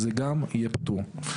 זה גם יהיה פטור.